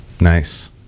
Nice